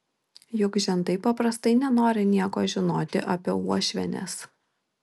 juk žentai paprastai nenori nieko žinoti apie uošvienes